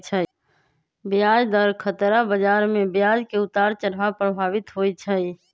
ब्याज दर खतरा बजार में ब्याज के उतार चढ़ाव प्रभावित होइ छइ